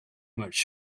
much